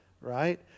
right